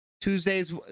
Tuesdays